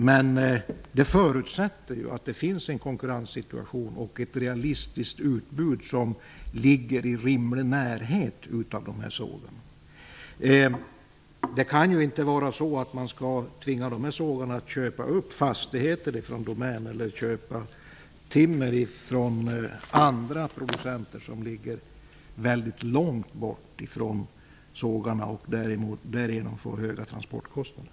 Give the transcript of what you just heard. Men det förutsätter att det finns en konkurrenssituation och ett realistiskt utbud som ligger i rimlig närhet av sågarna. Man skall inte tvinga sågarna att köpa fastigheter från Domän eller timmer från andra producenter som ligger långt bort från sågarna och därigenom få höga transportkostnader.